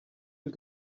you